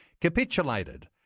capitulated